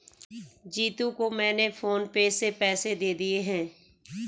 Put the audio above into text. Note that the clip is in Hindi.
जीतू को मैंने फोन पे से पैसे दे दिए हैं